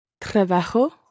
Trabajo